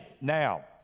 Now